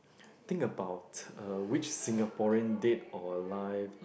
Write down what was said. think about uh which Singaporean dead or alive